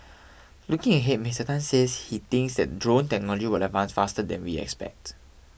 looking ahead Mister Tan says he thinks that drone technology will advance faster than we expect